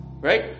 Right